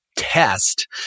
Test